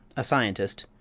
a scientist,